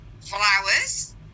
Flowers